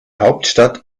hauptstadt